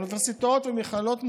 באוניברסיטאות ובמכללות מובילות,